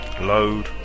load